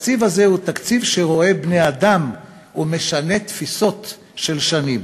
התקציב הזה הוא תקציב שרואה בני-אדם ומשנה תפיסות של שנים.